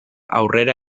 aurrera